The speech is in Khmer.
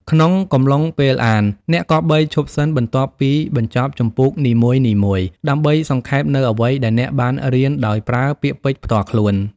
ក្នុងកំឡុងពេលអាន អ្នកគប្បីឈប់សិនបន្ទាប់ពីបញ្ចប់ជំពូកនីមួយៗ ដើម្បីសង្ខេបនូវអ្វីដែលអ្នកបានរៀនដោយប្រើពាក្យពេចន៍ផ្ទាល់ខ្លួន។